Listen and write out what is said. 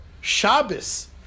Shabbos